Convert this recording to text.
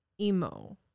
emo